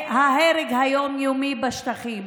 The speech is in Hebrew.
וההרג היום-יומי בשטחים,